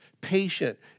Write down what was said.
patient